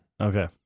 Okay